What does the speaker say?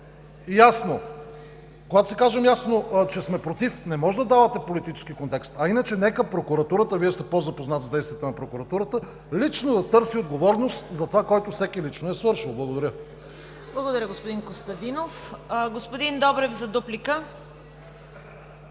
позорно. Когато си кажем ясно, че сме против не може да давате политически контекст. Иначе, нека прокуратурата, Вие сте по запознат с действията на прокуратурата, лично да търси отговорност за това, което всеки лично е свършил. Благодаря. ПРЕДСЕДАТЕЛ ЦВЕТА КАРАЯНЧЕВА: Благодаря, господин Костадинов. Господин Добрев – дуплика.